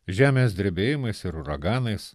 žemės drebėjimais ir uraganais